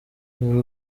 ubu